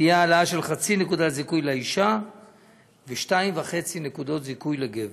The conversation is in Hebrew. תהיה העלאה של 0.5 נקודת זיכוי לאישה ו-2.5 נקודות זיכוי לגבר.